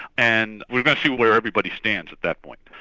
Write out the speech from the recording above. and we're going to see where everybody stands at that point.